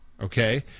Okay